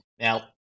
Now